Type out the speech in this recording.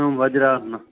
वज्रम्